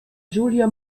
julia